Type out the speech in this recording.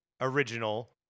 original